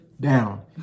down